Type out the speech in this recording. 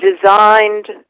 designed